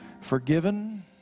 forgiven